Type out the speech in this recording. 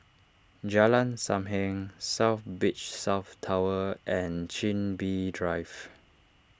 Jalan Sam Heng South Beach South Tower and Chin Bee Drive